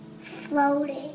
floating